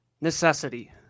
Necessity